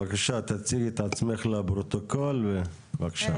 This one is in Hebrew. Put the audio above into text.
בבקשה, תציגי את עצמך לפרוטוקול ובבקשה.